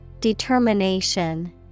Determination